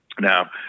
Now